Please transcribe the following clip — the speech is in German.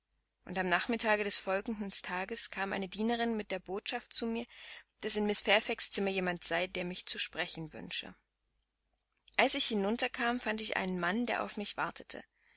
und am nachmittage des folgenden tages kam eine dienerin mit der botschaft zu mir daß in mrs fairfaxs zimmer jemand sei der mich zu sprechen wünsche als ich hinunter kam fand ich einen mann der auf mich wartete